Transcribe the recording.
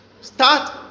start